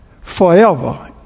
forever